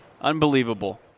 Unbelievable